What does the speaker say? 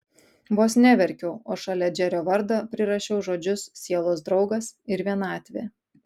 vos neverkiau o šalia džerio vardo prirašiau žodžius sielos draugas ir vienatvė